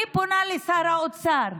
אני פונה לשר האוצר: